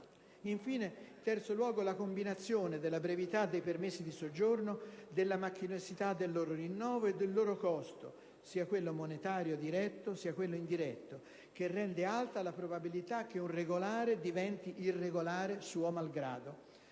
Infine, vi è la combinazione della brevità dei permessi di soggiorno, della macchinosità del loro rinnovo e del loro costo (sia quello monetario, diretto, sia quello indiretto) che rende alta la probabilità che un regolare diventi irregolare suo malgrado.